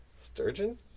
Sturgeon